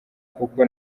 kuko